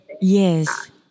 Yes